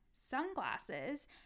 sunglasses